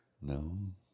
No